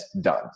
done